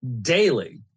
Daily